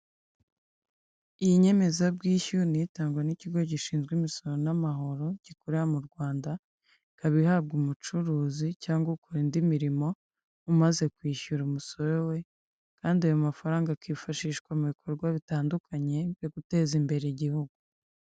Iyi nyemezabwishyu ni itangwa n'ikigo gishinzwe imisoro n'amahoro gikorera mu Rwanda, ikaba ihabwa umucuruzi cyangwa ukora indi mirimo umaze kwishyura umusoro we kandi ayo mafaranga akifashishwa mu bikorwa bitandukanye byo guteza imbere igihugu.